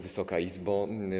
Wysoka Izbo!